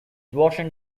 worsened